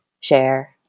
share